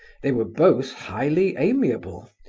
they were both highly amiable,